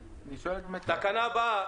התקנה הבאה היא